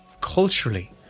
culturally